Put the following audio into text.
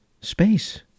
space